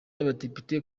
abadepite